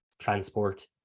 transport